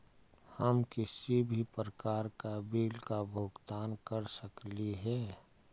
हम किसी भी प्रकार का बिल का भुगतान कर सकली हे?